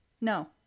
No